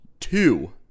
two